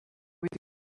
with